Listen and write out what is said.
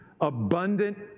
Abundant